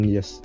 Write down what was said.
Yes